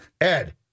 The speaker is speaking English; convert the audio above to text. Ed